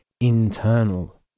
internal